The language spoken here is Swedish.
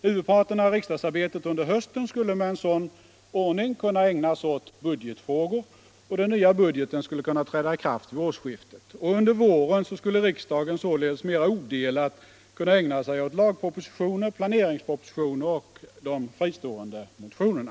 Huvudparten av riksdagsarbetet under hösten skulle med en sådan ordning kunna ägnas åt budgetfrågor, och den nya budgeten skulle kunna träda i kraft vid årsskiftet. Under våren skulle riksdagen således mer odelat kunna ägna sig åt lagpropositioner, planeringspropositioner och fristående motioner.